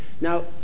now